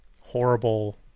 horrible